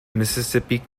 mississippi